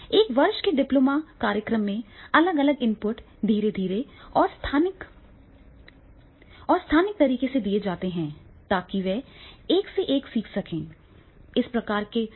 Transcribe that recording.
एक वर्ष के डिप्लोमा कार्यक्रम में अलग अलग इनपुट धीरे धीरे और स्थानिक तरीके से दिए जाते हैं ताकि वे एक से एक सीख सकें